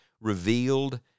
revealed